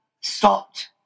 stopped